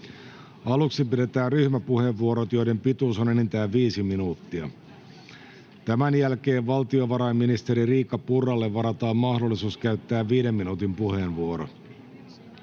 Aluksi pidetään ryhmäpuheenvuorot, joiden pituus on enintään viisi minuuttia. Tämän jälkeen valtiovarainministeri Riikka Purralle varataan mahdollisuus käyttää viiden minuutin puheenvuoro.